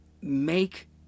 make